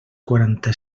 quaranta